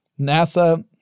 NASA